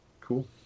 Cool